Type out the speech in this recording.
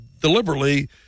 deliberately